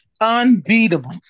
Unbeatable